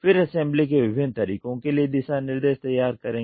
फिर असेंबली के विभिन्न तरीकों के लिए दिशा निर्देश तैयार करें